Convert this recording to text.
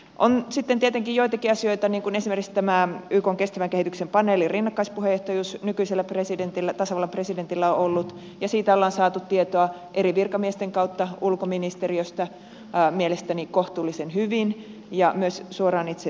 on sitten tietenkin joitakin asioita niin kuin esimerkiksi tämä ykn kestävän kehityksen paneelin rinnakkaispuheenjohtajuus joka nykyisellä tasavallan presidentillä on ollut ja siitä on saatu tietoa eri virkamiesten kautta ulkoministeriöstä mielestäni kohtuullisen hyvin ja myös suoraan itse presidentiltä